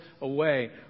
away